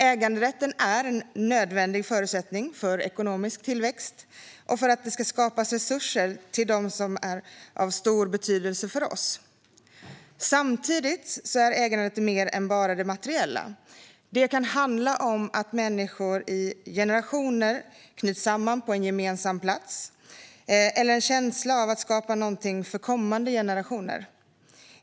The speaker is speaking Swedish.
Äganderätten är en nödvändig förutsättning för ekonomisk tillväxt och för att det ska skapas resurser till det som är av stor betydelse för oss. Samtidigt är äganderätten mer än bara det materiella. Det kan handla om att människor i generationer knyts samman på en gemensam plats eller en känsla av att skapa någonting för kommande generationer.